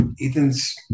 Ethan's